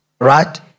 Right